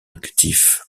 actifs